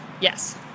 Yes